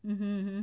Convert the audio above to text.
hmm